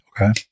Okay